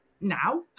now